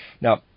Now